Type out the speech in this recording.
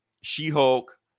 She-Hulk